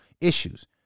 issues